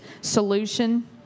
solution